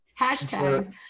Hashtag